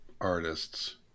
artists